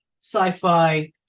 sci-fi